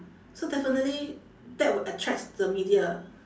so definitely that will attract the media